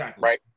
right